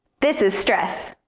this is stress.